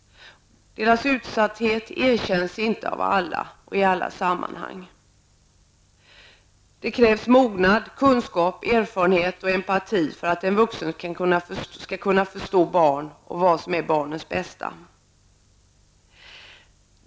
Barnens utsatthet erkänns inte av alla eller i alla sammanhang. Det krävs mognad, kunskap, erfarenhet och empati för att en vuxen skall kunna förstå barn och vad som är barns bästa.